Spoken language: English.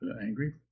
angry